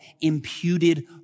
imputed